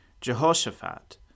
Jehoshaphat